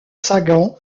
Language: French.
sagan